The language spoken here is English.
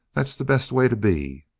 that's the best way to be.